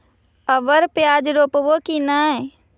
अबर प्याज रोप्बो की नय?